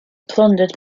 plundered